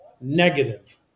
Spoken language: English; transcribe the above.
negative